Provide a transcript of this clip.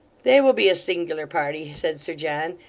they will be a singular party said sir john,